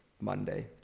Monday